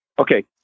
Okay